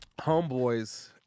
homeboys